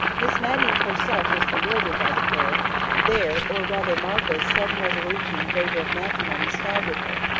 miss matty herself was bewildered by the pair their, or rather martha's sudden resolution in favour of matrimony staggered her,